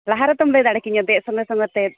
ᱞᱟᱦᱟ ᱨᱮᱛᱚᱢ ᱞᱟᱹᱭ ᱫᱟᱲᱮ ᱠᱤᱧᱟᱹ ᱫᱮᱡ ᱥᱚᱸᱜᱮ ᱥᱚᱸᱜᱮ ᱛᱮ